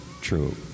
true